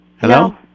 Hello